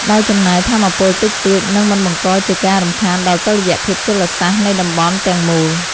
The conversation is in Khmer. ដោយចំណាយថាមពលតិចតួច និងមិនបង្កជាការរំខានដល់តុល្យភាពជលសាស្ត្រនៃតំបន់ទាំងមូល។